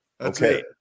Okay